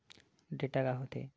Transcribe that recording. Data का होथे?